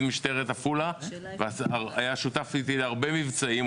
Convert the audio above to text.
משטרת עפולה והיה שותף איתי להרבה מבצעים.